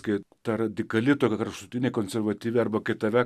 kai ta radikali kraštutinė konservatyvi arba kai tave